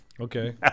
Okay